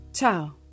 Ciao